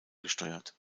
gesteuert